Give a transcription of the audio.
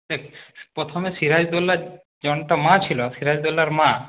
দেখ প্রথমে সিরাজদ্দৌল্লার মা ছিল সিরাজদ্দৌল্লার মা